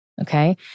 Okay